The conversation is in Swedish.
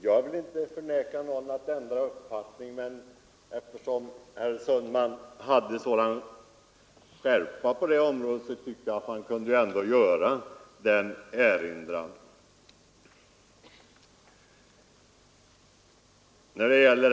Nu vill jag inte förmena någon att ändra uppfattning, men eftersom herr Sundman talade med sådan skärpa om dessa ting tyckte jag att jag ändå kunde få erinra om den saken.